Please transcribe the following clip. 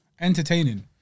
Entertaining